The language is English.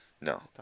No